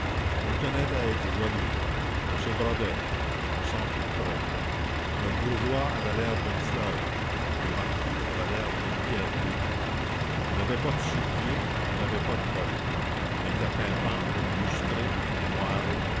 on tenait à être joli on se brodait on s'empourprait un bourgeois avait l'air d'une fleur un marquis avait l'air d'une pierrerie on n'avait pas de sous-pieds on n'avait pas de bottes on était pimpant lustré moiré